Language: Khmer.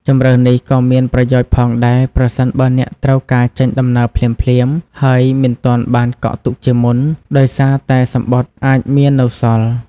ជម្រើសនេះក៏មានប្រយោជន៍ផងដែរ ប្រសិនបើអ្នកត្រូវការចេញដំណើរភ្លាមៗ ហើយមិនទាន់បានកក់ទុកជាមុន ដោយសារតែសំបុត្រអាចមាននៅសល់។